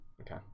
okay